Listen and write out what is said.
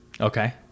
Okay